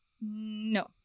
No